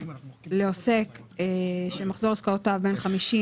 אני רק רוצה לומר שאני עם אביר לא מדבר יותר בוועדה כי כאני מדבר איתו